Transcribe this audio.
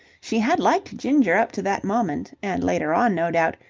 she had liked ginger up to that moment, and later on, no doubt,